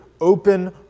open